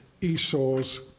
Esau's